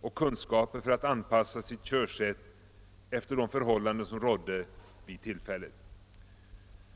och kunskaper för att anpassa sitt körsätt efter de förhållanden som rådde vid tillfället?